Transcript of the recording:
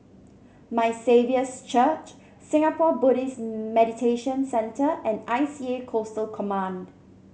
My Saviour's Church Singapore Buddhist Meditation Centre and I C A Coastal Command